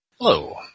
Hello